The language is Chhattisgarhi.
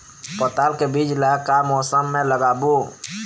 पताल के बीज ला का मौसम मे लगाबो?